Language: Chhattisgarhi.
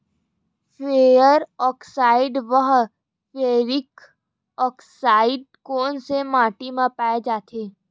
फेरस आकसाईड व फेरिक आकसाईड कोन सा माटी म पाय जाथे?